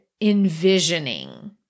envisioning